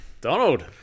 Donald